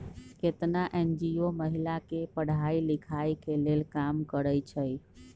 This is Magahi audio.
केतना एन.जी.ओ महिला के पढ़ाई लिखाई के लेल काम करअई छई